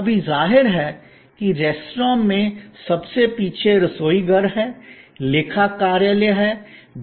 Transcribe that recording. अभी जाहिर है रेस्तरां में सबसे पीछे रसोईघर है लेखा कार्यालय है